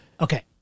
Okay